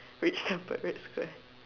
reached the Parade Square